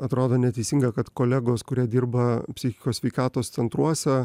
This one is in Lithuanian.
atrodo neteisinga kad kolegos kurie dirba psichikos sveikatos centruose